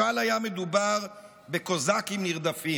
משל היה מדובר בקוזקים נרדפים.